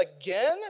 again